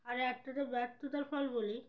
আর একটা তো ব্যর্থতার ফল বলি